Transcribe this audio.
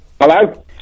Hello